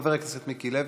חבר הכנסת מיקי לוי,